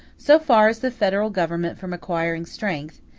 so far is the federal government from acquiring strength,